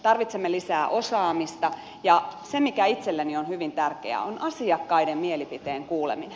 tarvitsemme lisää osaamista ja se mikä itselleni on hyvin tärkeää on asiakkaiden mielipiteen kuuleminen